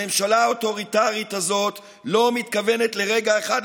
הממשלה האוטוריטרית הזאת לא מתכוונת לרגע אחד,